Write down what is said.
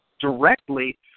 directly